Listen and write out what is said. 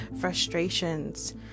frustrations